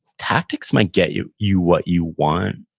tactics might get you you what you want,